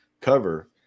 cover